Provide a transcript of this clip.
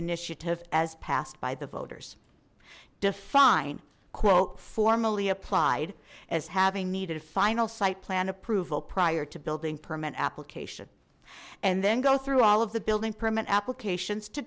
initiative as passed by the voters define quote formerly applied as having needed a final site plan approval prior to building permit application and then go through all of the building permit applications to